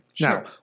Now